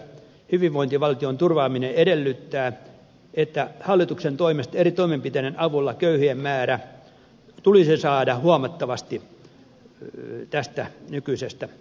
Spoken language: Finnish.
hyvinvointivaltion turvaaminen edellyttää että hallituksen toimesta eri toimenpiteiden avulla köyhien määrä tulisi saada huomattavasti tästä nykyisestä laskuun